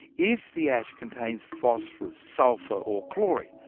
if the ash contains phosphorus, sulphur or chlorine,